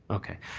okay.